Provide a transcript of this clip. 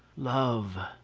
love,